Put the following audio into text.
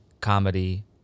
comedy